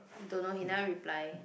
don't know he never reply